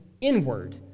inward